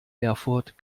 erfurt